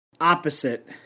opposite